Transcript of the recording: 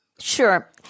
Sure